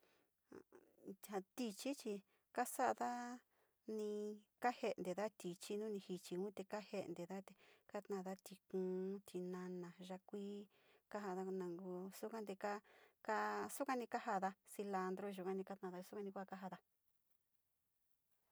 Tichi chi sa´ada ni kaje´enteda tichi nu ni jichiun te kaje´enteda te kataada, tikuun, tinana ya´a kuii kaajaada nangoo suka nteka, ka sukani kaajaada eilanchu yukani kataada, sokani kajaada.